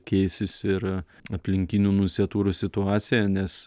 keisis ir aplinkinių nunciatūrų situacija nes